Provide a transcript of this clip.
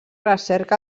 recerca